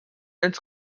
als